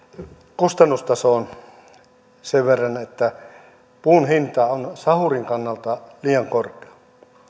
kustannustasoon sen verran että puun hinta on sahurin kannalta liian korkea